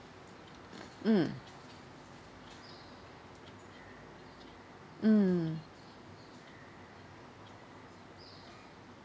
mm mm